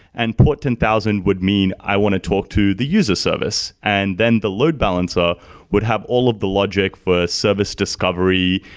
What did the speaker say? and port ten thousand would mean i want to talk to the user service. and then the load balancer would have all of the logic for service discovery,